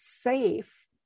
safe